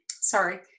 sorry